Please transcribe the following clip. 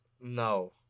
no